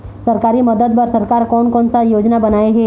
सरकारी मदद बर सरकार कोन कौन सा योजना बनाए हे?